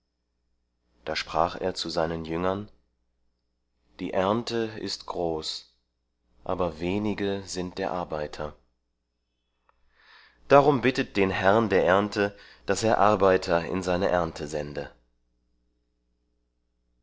da sprach er zu seinen jüngern die ernte ist groß aber wenige sind der arbeiter darum bittet den herrn der ernte daß er arbeiter in seine ernte sende